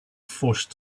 forced